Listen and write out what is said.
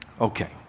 Okay